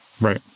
right